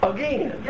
Again